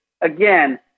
Again